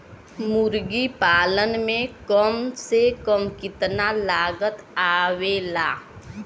मुर्गी पालन में कम से कम कितना लागत आवेला?